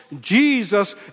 Jesus